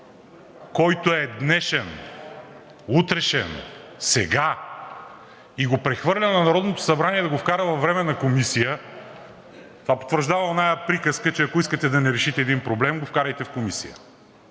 който е днешен, утрешен, сега и го прехвърля на Народното събрание да го вкара във Временна комисия, това потвърждава онази приказка, че ако искате да не решите един проблем, го вкарайте в комисия.